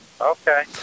Okay